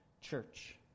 church